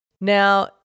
Now